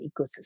ecosystem